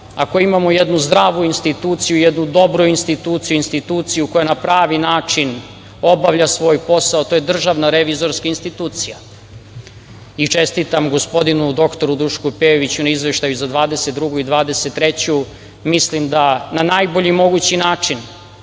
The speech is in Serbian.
ako imamo jednu zdravu instituciju, jednu dobru instituciju, instituciju koja na pravi način obavlja svoj posao, to je Državna revizorska institucija. Čestitam gospodinu doktoru Dušku Pejoviću na izveštaju za 2022. i 2023. godinu. Mislim da na najbolji mogući način